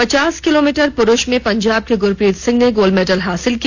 पचास किलोमीटर पुरुष में पंजाब के गुरप्रीत सिंह ने गोल्ड मेडल हासिल किया